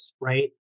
right